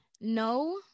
No